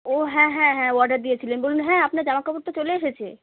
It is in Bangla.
ও হ্যাঁ হ্যাঁ হ্যাঁ অর্ডার দিয়েছিলেন বলুন হ্যাঁ আপনার জামা কাপড় তো চলে এসেছে